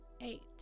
eight